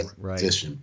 right